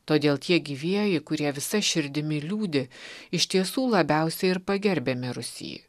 todėl tie gyvieji kurie visa širdimi liūdi iš tiesų labiausiai ir pagerbia mirusį